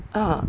uh